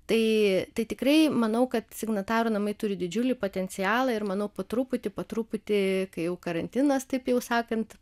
tai tai tikrai manau kad signatarų namai turi didžiulį potencialą ir manau po truputį po truputį kai jau karantinas taip jau sakant